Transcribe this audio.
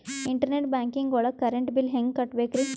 Internet banking ಒಳಗ್ current bill ಹೆಂಗ್ ಕಟ್ಟ್ ಬೇಕ್ರಿ?